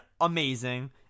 amazing